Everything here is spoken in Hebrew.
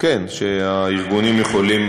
כן, שגם הארגונים יכולים